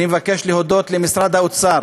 אני מבקש להודות למשרד האוצר,